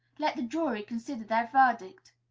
let the jury consider their verdict.